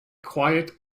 quiet